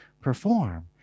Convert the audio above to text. perform